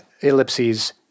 ellipses